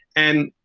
and,